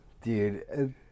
Dude